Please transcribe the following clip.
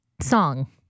Song